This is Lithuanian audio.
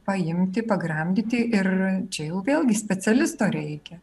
paimti pagramdyti ir čia jau vėlgi specialisto reikia